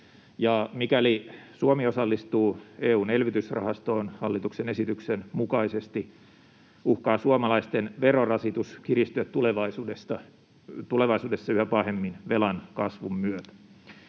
mikäli Suomi osallistuu EU:n elvytysrahastoon hallituksen esityksen mukaisesti, uhkaa suomalaisten verorasitus kiristyä tulevaisuudessa yhä pahemmin velan kasvun myötä.